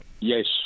Yes